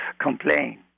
complain